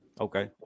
Okay